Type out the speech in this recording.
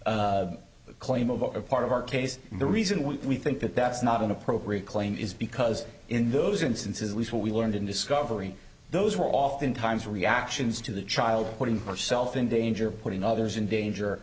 claim about a part of our case the reason we think that that's not an appropriate claim is because in those instances what we learned in discovery those were often times reactions to the child putting herself in danger putting others in danger